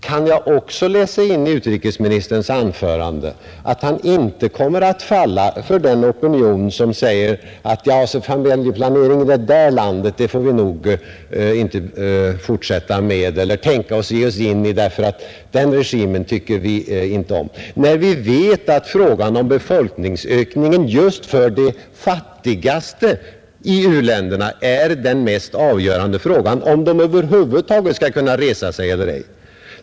Kan jag sedan också läsa in i utrikesministerns anförande att han inte kommer att falla för den opinion som säger: Ja, se någon familjeplanering i det där landet kan vi nog inte fortsätta med eller tänka oss att ge oss in i; den regimen tycker vi inte om? Vi vet att befolkningsökningen just i de fattigaste u-länderna är den mest avgörande frågan, om de över huvud taget skall kunna resa sig eller ej.